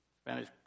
Spanish